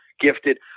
Gifted